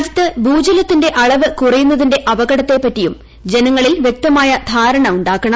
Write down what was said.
രാജ്യത്ത് ഭൂജലത്തിന്റെ അളവ് കുറയുന്നതിന്റെ അപകടത്തെപ്പറ്റിയും ജനങ്ങളിൽ വ്യക്തമായ ധാരണ ഉണ്ടാക്കണം